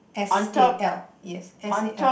S A L yes S A L